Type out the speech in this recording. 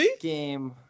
game